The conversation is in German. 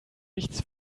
nichts